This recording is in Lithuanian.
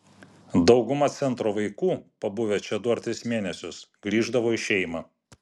dauguma centro vaikų pabuvę čia du ar tris mėnesius grįždavo į šeimą